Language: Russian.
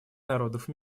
народов